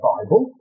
Bible